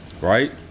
Right